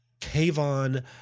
Kavon